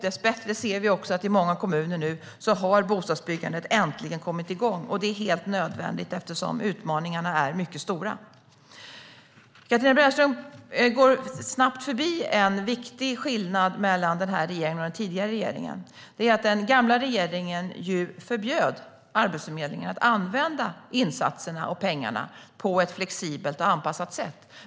Dessbättre ser vi också att i många kommuner har nu bostadsbyggandet äntligen kommit igång. Det är helt nödvändigt eftersom utmaningarna är mycket stora. Katarina Brännström går snabbt förbi en viktig skillnad mellan den här regeringen och den tidigare regeringen. Den gamla regeringen förbjöd Arbetsförmedlingen att använda insatserna och pengarna på ett flexibelt och anpassat sätt.